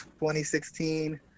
2016